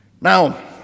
Now